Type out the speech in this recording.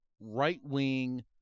right-wing